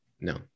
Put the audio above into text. No